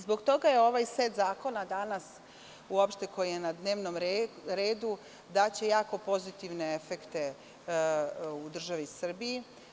Zbog toga, ovaj set zakona danas koji je na dnevnom redu daće jako pozitivne efekte u državi Srbiji.